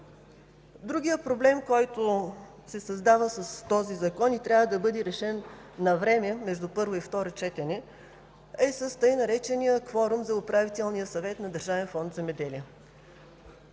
Другият проблем, който се създава с този закон и трябва да бъде решен навреме между първо и второ четене, е с кворума за Управителния съвет на Държавен фонд „Земеделие“.